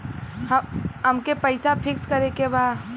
अमके पैसा फिक्स करे के बा?